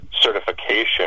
certification